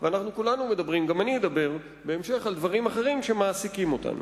גם אני אדבר בהמשך על דברים אחרים שמעסיקים אותנו.